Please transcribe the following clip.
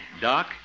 Doc